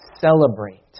celebrate